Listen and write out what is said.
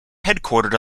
headquartered